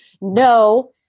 no